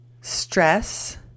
stress